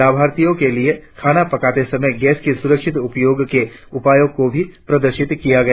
लाभार्थियों के लिए खाना पकाते समय गैस की सुरक्षित उपयोग के उपायों को भी प्रदर्शित किया गया